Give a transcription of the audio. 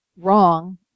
wrong